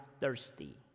thirsty